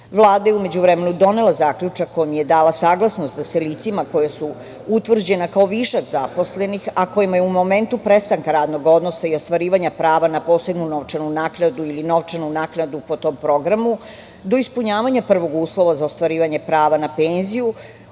Vlada je u međuvremenu donela zaključak u kome je dala saglasnost da se licima koji su utvrđena kao višak zaposlenih, a kojima je u momentu prestanka radnog odnosa i ostvarivanja prava na posebnu novčanu naknadu ili novčanu naknadu, po tom programu, do ispunjavanja prvog uslova za ostvarivanje prava na penziju,